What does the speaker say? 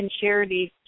charities